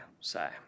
say